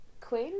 queen